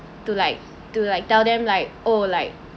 to like to like tell them like oh like